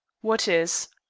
what is?